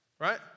Right